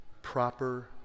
proper